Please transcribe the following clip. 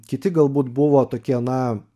kiti galbūt buvo tokie na